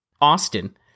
Austin